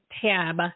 tab